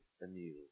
anew